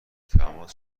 تماس